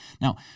Now